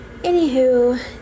anywho